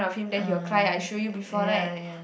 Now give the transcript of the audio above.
ah ya ya